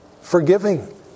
forgiving